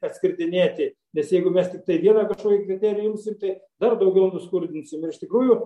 atskirdinėti nes jeigu mes tiktai vieną kažkokį kriterijų imsim tai dar daugiau nuskurdinsim ir iš tikrųjų